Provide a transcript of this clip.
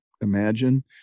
imagine